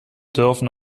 dürfen